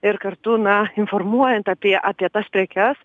ir kartu na informuojant apie apie tas prekes